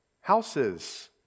Houses